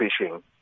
fishing